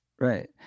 Right